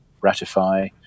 ratify